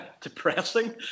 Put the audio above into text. depressing